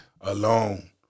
alone